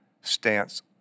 stance